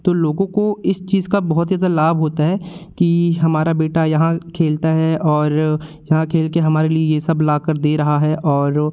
तो लोगों को इस चीज़ का बहुत ज़्यादा लाभ होता है कि हमारा बेटा यहाँ खेलता है और यहाँ खेल के हमारे लिए यह सब लाकर दे रहा है और ओ